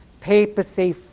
papacy